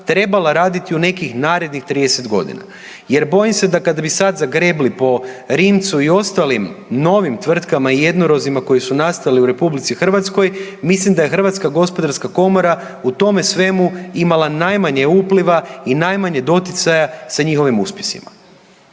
trebala raditi u nekih narednih 30 godina. Jer bojim se da kada bi sad zagrebli po Rimcu i ostalim novim tvrtkama i jednorozima koji su nastali u RH mislim da je Hrvatska gospodarska komora u tome svemu imala najmanje upliva i najmanje doticaja sa njihovim uspjesima.